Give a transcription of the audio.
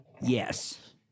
Yes